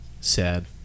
sad